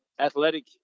athletic